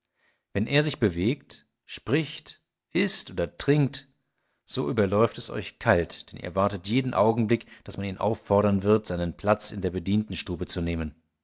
wenn er sich bewegt spricht ißt oder trinkt so überläuft es euch kalt denn ihr erwartet jeden augenblick daß man ihn auffordern wird seinen platz in der bedientenstube zu nehmen